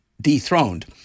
dethroned